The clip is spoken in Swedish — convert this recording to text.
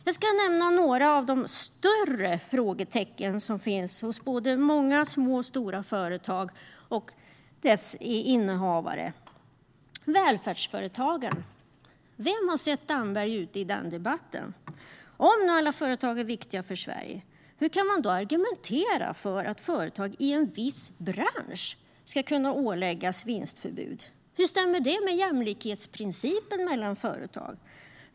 Jag ska nämna några av de större frågetecknen hos många både små och stora företag och dess innehavare. Vem har sett Damberg ute i debatten om välfärdsföretagen? Om nu alla företag är viktiga för Sverige, hur kan man då argumentera för att företag i en viss bransch ska kunna åläggas vinstförbud? Hur stämmer det med principen om jämlikhet mellan företag?